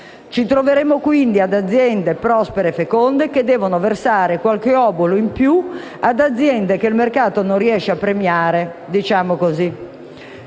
Troveremo, quindi, aziende prospere e feconde che devono versare qualche obolo in più ad aziende che il mercato non riesce a premiare. Sempre